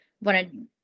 wanted